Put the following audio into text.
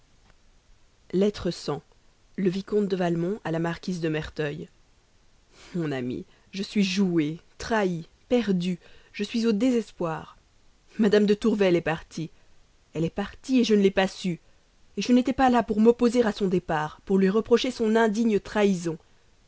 le vicomte de valmont à la marquise de merteuil mon amie je suis joué trahi perdu je suis au désespoir mme de tourvel est partie elle est partie je ne l'ai pas su je n'étais pas là pour m'opposer à son départ pour lui reprocher son indigne trahison